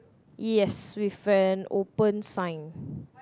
yes with friend open sign